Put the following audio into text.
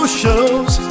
shows